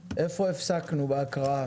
אוקיי, איפה הפסקנו בהקראה?